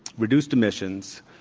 reduced emissions.